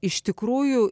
iš tikrųjų